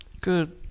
Good